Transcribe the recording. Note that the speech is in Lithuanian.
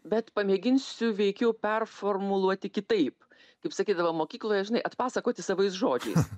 bet pamėginsiu veikiau performuluoti kitaip kaip sakydavo mokykloje žinai atpasakoti savais žodžiais